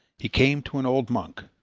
he came to an old monk,